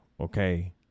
okay